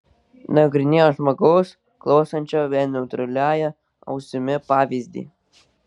nagrinėjo žmogaus klausančio vien neutraliąja ausimi pavyzdį